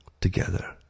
together